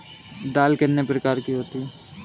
दाल कितने प्रकार की होती है?